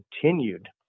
continued